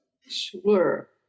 sure